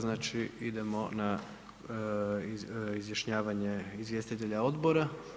Znači idemo na izjašnjavanje izvjestitelja odbora.